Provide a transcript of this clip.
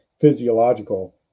physiological